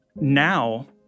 now